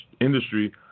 industry